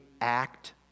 act